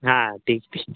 हां ठीक ठीक